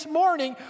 morning